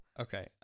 Okay